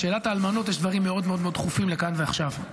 בשאלת האלמנות יש דברים מאוד מאוד דחופים לכאן ועכשיו.